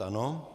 Ano.